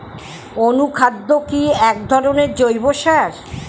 অনুখাদ্য কি এক ধরনের জৈব সার?